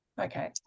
Okay